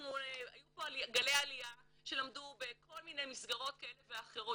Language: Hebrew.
היו פה גלי עליה שלמדו בכל מיני מסגרות כאלה ואחרות,